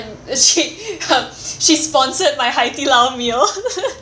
she uh she sponsored my hai di lao meal